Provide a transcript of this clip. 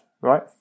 right